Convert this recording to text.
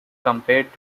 compared